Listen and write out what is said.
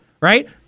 right